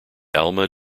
alma